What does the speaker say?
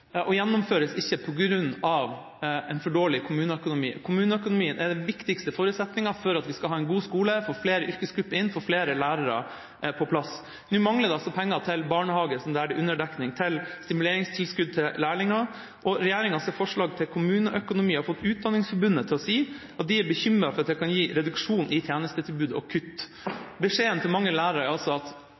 og ikke gjennomføres på grunn av for dårlig kommuneøkonomi. Kommuneøkonomien er den viktigste forutsetningen for at vi skal ha en god skole, få flere yrkesgrupper inn og få flere lærere på plass. Nå mangler det altså penger til barnehager, som det er underdekning til, og stimuleringstilskudd til lærlinger, og regjeringas forslag til kommuneøkonomi har fått Utdanningsforbundet til å si at de er bekymret for at det kan gi reduksjon i tjenestetilbudet og kutt. Beskjeden til mange lærere er altså: Den gode nyheten er at